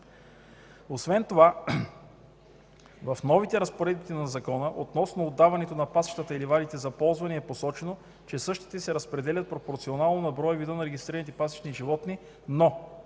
Освен това в новите разпоредби на закона относно отдаването на пасищата и ливадите за ползване е посочено, че същите се разпределят пропорционално на броя и вида на регистрираните пасищни животни, но